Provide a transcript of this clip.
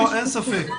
אין ספק.